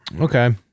Okay